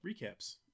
recaps